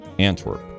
Antwerp